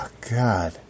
God